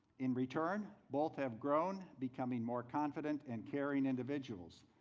in return, both have grown, becoming more confident and caring individuals.